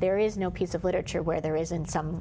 there is no piece of literature where there isn't some